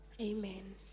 amen